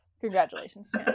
Congratulations